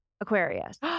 Aquarius